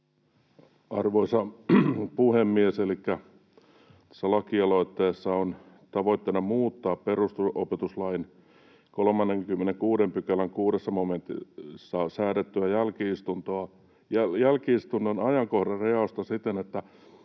Arvoisa puhemies! Tässä lakialoitteessa on tavoitteena muuttaa perusopetuslain 36 §:n 6 momentissa säädettyä jälki-istunnon ajankohdan rajausta siten, että